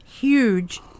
Huge